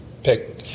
pick